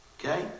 Okay